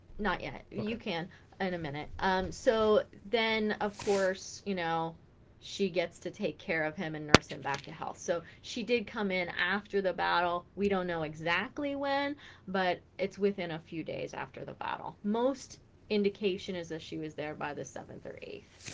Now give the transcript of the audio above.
not yet you can in a minute so then of course you know she gets to take care of him and nurse him back to health so she did come in after the battle we don't know exactly when but it's within a few days after the battle most indication is that ah she was there by the seventh or eighth